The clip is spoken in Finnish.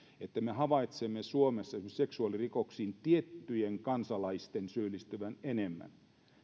että me havaitsemme suomessa esimerkiksi seksuaalirikoksiin tiettyjen kansalaisten syyllistyvän enemmän tämä